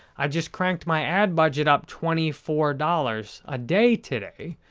i've just cranked my ad budget up twenty four dollars a day today,